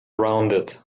rounded